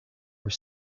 were